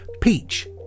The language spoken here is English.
Peach